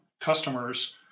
customers